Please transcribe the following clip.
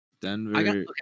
Denver